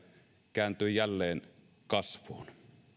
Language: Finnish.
kääntyi jälleen kasvuun